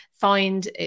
find